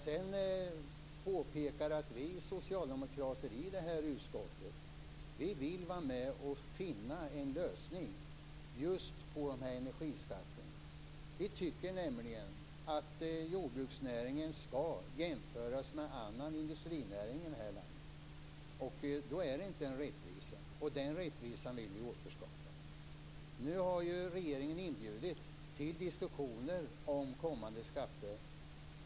Sedan påpekar jag att vi socialdemokrater i utskottet vill vara med och finna en lösning för just energiskatterna. Vi tycker nämligen att jordbruksnäringen skall jämföras med annan industrinäring i landet. Då är detta inte en rättvisa. Den rättvisan vill vi återskapa. Nu har regeringen inbjudit till diskussioner om kommande skatter.